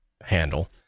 handle